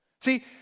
See